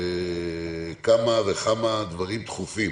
כמה וכמה דברים דחופים